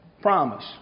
promise